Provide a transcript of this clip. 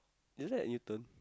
isn't that Newton